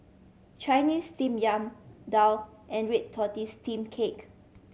Chinese Steamed Yam daal and red tortoise steamed cake